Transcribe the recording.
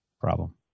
problem